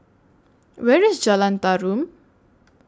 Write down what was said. Where IS Jalan Tarum